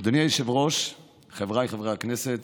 אדוני היושב-ראש, חבריי חברי הכנסת,